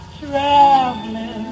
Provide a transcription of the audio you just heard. traveling